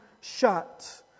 shut